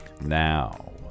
Now